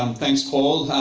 um thanks, paul.